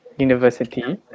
university